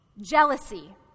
jealousy